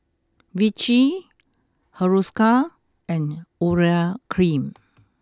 Vichy Hiruscar and Urea Cream